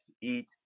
eat